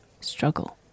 struggle